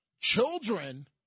children